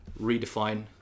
redefine